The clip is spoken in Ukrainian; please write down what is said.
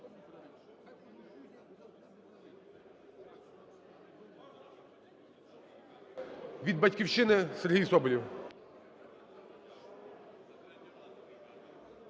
від "Батьківщини" Сергій Соболєв.